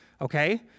Okay